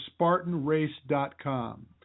SpartanRace.com